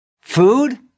Food